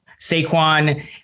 Saquon